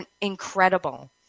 incredible